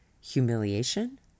humiliation